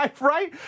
Right